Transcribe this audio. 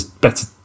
better